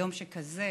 ביום שכזה